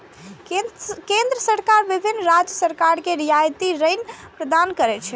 केंद्र सरकार विभिन्न राज्य सरकार कें रियायती ऋण प्रदान करै छै